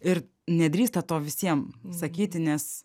ir nedrįsta to visiem sakyti nes